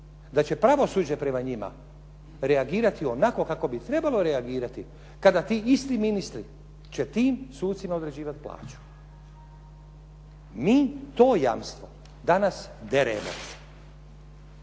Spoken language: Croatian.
da će pravosuđe prema njima reagirati onako kako bi trebalo reagirati kada ti isti ministri će tim sucima određivati plaću? Mi to jamstvo danas deremo.